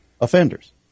offenders